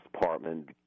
Department